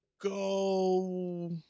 go